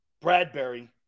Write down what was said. Bradbury